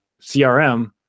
CRM